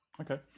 Okay